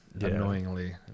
Annoyingly